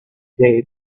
dare